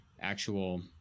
actual